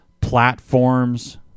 platforms